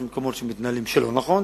יש מקומות שמתנהלים לא נכון,